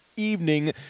evening